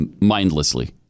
Mindlessly